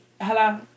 Hello